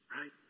right